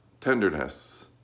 tenderness